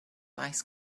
ice